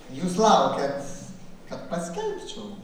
jūs laukiat kad paskelbčiau